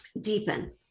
deepen